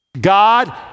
God